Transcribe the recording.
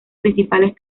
principales